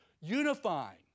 unifying